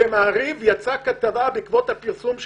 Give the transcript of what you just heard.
במעריב יצאה כתבה בעקבות פרסום זה.